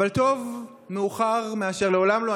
אבל טוב מאוחר מאשר לעולם לא.